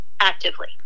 actively